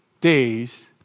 days